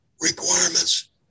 requirements